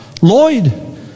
Lloyd